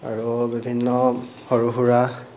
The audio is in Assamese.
আৰু বিভিন্ন সৰু সুৰা